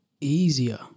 easier